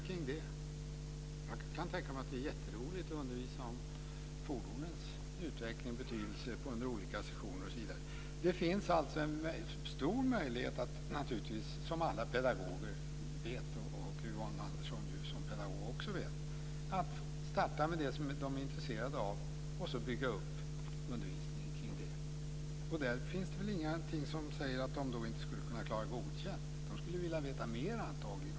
Jag kan tänka mig att det är jätteroligt att undervisa om fordonens utveckling och betydelse. Det finns en stor möjlighet, som alla pedagoger vet, och som Yvonne Andersson som pedagog också vet, att starta med det som de är intresserade av och bygga upp undervisningen kring det. Där finns det väl ingenting som säger att de inte skulle klara godkänt. De skulle antagligen vilja veta mera.